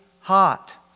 hot